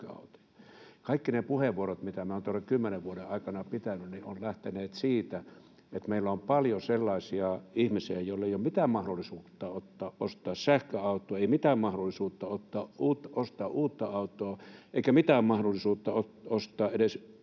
Kaikki ne puheenvuorot, mitä minä olen täällä kymmenen vuoden aikana pitänyt, ovat lähteneet siitä, että meillä on paljon sellaisia ihmisiä, joilla ei ole mitään mahdollisuutta ostaa sähköautoa, ei mitään mahdollisuutta ostaa uutta autoa eikä mitään mahdollisuutta ostaa edes